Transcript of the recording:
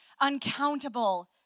uncountable